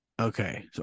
Okay